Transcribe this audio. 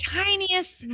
tiniest